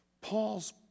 Paul's